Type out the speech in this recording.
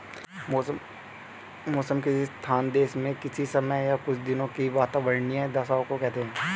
मौसम किसी स्थान या देश में किसी समय या कुछ दिनों की वातावार्नीय दशाओं को कहते हैं